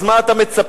אז מה אתה מצפה,